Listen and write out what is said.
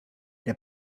der